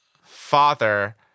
father